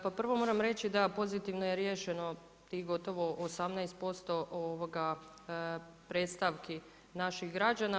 Pa prvo moram reći da pozitivno je riješeno tih gotovo 18% predstavki naših građana.